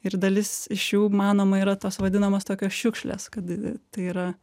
ir dalis iš jų manoma yra tos vadinamos tokios šiukšlės kad tai yra